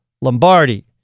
Lombardi